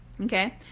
Okay